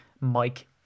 mike